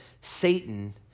Satan